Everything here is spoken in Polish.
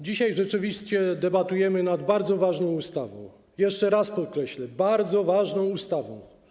Dzisiaj rzeczywiście debatujemy nad bardzo ważną ustawą, jeszcze raz podkreślę, bardzo ważną ustawą.